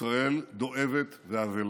ישראל דואבת ואבלה.